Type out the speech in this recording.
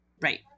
Right